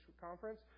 conference